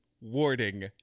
warning